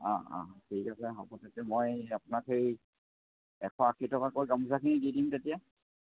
অঁ অঁ ঠিক আছে হ'ব তেতিয়া মই আপোনাক সেই এশ আশী টকাকৈ গামোচাখিনি দি দিম তেতিয়া